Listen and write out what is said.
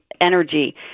energy